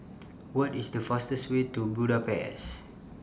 What IS The fastest Way to Budapest